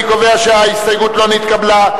אני קובע שההסתייגות לא נתקבלה.